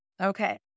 Okay